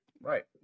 Right